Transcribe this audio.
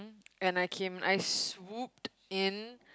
and I came I swooped in